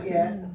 Yes